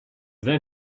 then